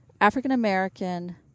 African-American